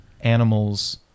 animals